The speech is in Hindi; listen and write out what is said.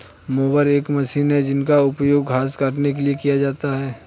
मोवर एक मशीन है जिसका उपयोग घास काटने के लिए किया जाता है